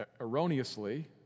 Erroneously